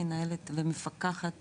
מנהלת ומפקחת